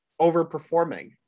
overperforming